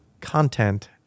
content